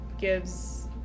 gives